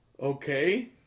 Okay